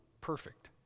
perfect